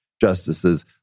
justices